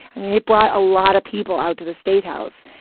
i mean, it brought a lot of people out to the statehouse.